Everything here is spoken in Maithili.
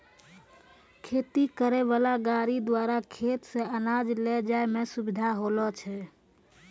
खेती करै वाला गाड़ी द्वारा खेत से अनाज ले जाय मे सुबिधा होलो छै